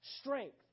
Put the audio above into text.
strength